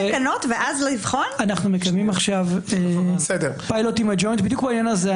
אנו מקיימים עכשיו פילוט עם הג'וינט בדיוק בעניין הזה.